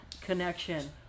connection